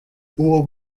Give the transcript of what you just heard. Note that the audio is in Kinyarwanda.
uwo